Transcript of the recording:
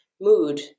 mood